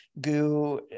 Goo